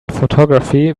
photography